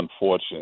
unfortunate